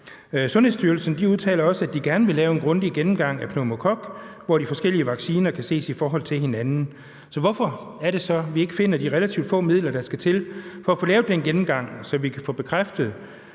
Sundhedsstyrelsen udtaler også, at de gerne vil lave en grundig gennemgang af pneumokokker, hvor de forskellige vacciner kan ses i forhold til hinanden. Så hvorfor er det så, at vi ikke finde de relativt få midler, der skal til for at kunne lave den gennemgang, så vi kan få bekræftet,